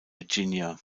virginia